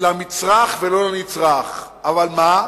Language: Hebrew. למצרך ולא לנצרך, אבל מה,